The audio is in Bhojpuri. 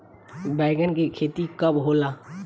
बैंगन के खेती कब होला?